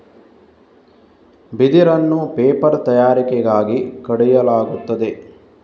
ಬಿದಿರನ್ನು ಪೇಪರ್ ತಯಾರಿಕೆಗಾಗಿ ಕಡಿಯಲಾಗುತ್ತದೆ